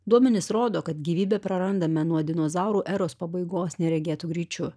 duomenys rodo kad gyvybė prarandame nuo dinozaurų eros pabaigos neregėtu greičiu